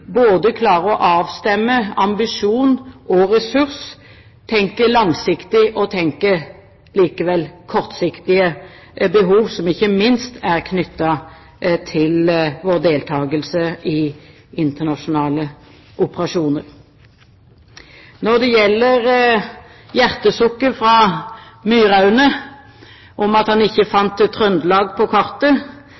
både klare å avstemme ambisjon og ressurs og tenke på langsiktige så vel som kortsiktige behov, som ikke minst er knyttet til vår deltakelse i internasjonale operasjoner. Når det gjelder hjertesukket fra Myraune over at han ikke